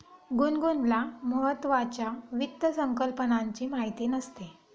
गुनगुनला महत्त्वाच्या वित्त संकल्पनांची माहिती नसते